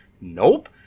Nope